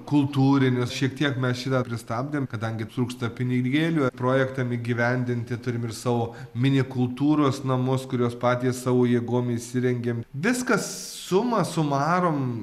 kultūrinius šiek tiek mes šį tą pristabdėm kadangi trūksta pinigėlių projektam įgyvendinti turim ir savo mini kultūros namus kuriuos patys savo jėgom įsirengėm viskas summa summarum